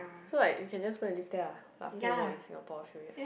so like you can just go and live there but after you work in Singapore a few years